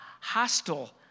hostile